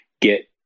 get